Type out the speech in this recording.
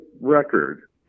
record